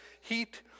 heat